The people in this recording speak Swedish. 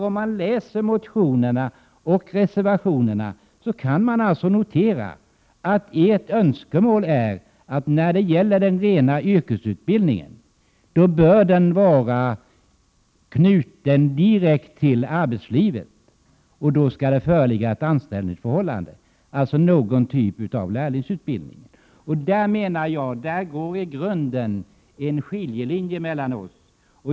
Om man läser motionerna och reservationerna kan man alltså notera att moderaterna önskar att den rena yrkesutbildningen skall vara knuten direkt till arbetslivet. Det skall föreligga ett anställningsförhållande, alltså någon typ av lärlingsutbildning. Där, menar jag, går i grunden en skiljelinje mellan oss.